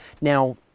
now